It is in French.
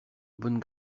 bonne